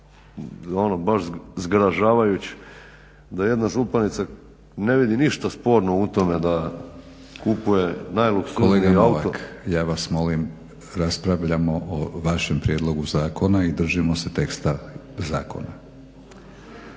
ono baš zgražavajući da jedna županica ne vidi ništa sporno u tome da kupuje najluksuzniji auto **Batinić, Milorad (HNS)** Kolega Novak, ja vas molim, raspravljamo o vašem prijedlogu zakona i držimo se teksta zakona.